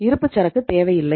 இருப்புச் சரக்கு தேவையில்லை